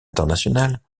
internationales